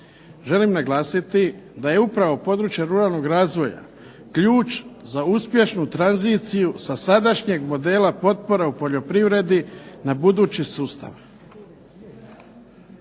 Želim naglasiti da je upravo područje ruralnog razvoja ključ za uspješnu tranziciju sa sadašnjeg modela potpore u poljoprivredi na budući sustav.